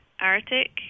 Arctic